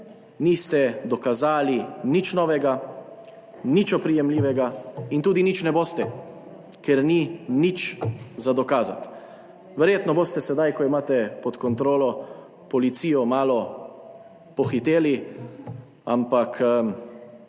niste dokazali nič novega, nič oprijemljivega in tudi nič ne boste, ker ni nič dokazati. Verjetno boste, sedaj ko imate pod kontrolo policijo, malo pohiteli, ampak